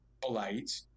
polite